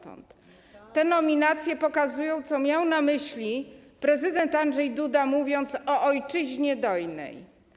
Te nominacje pokazują, co miał na myśli prezydent Andrzej Duda, mówiąc o ojczyźnie dojnej.